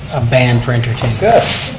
a band for entertainment. good.